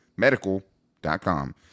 Medical.com